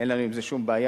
אין לנו עם זה שום בעיה.